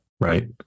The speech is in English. right